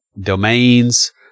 domains